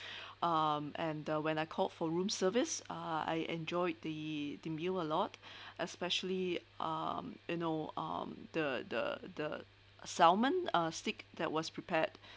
um and uh when I called for room service uh I enjoyed the the meal a lot especially um you know um the the the salmon uh steak that was prepared